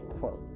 quote